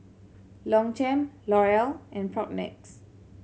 Longchamp L'Oreal and Propnex